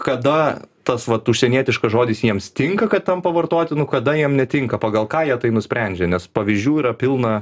kada tas vat užsienietiškas žodis jiems tinka kad tampa vartotinu kada jiem netinka pagal ką jie tai nusprendžia nes pavyzdžių yra pilna